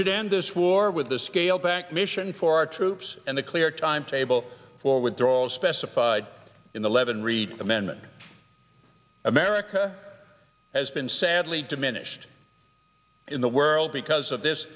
should end this war with the scaled back mission for our troops and the clear timetable for withdrawal as specified in the levin reid amendment america has been sadly diminished in the world because of this